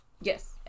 yes